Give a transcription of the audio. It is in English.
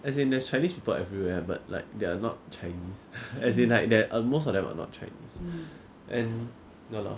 as in there's chinese people everywhere but like they are not chinese as in like there uh most of them are not chinese and ya lor